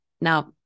Now-